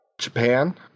Japan